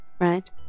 right